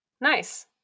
Nice